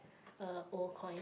uh old coins